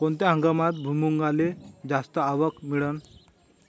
कोनत्या हंगामात भुईमुंगाले जास्त आवक मिळन?